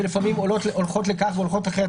שיכולות ללכת לכאן או לכאן,